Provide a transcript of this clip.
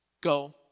go